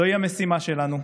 זוהי המשימה שלנו,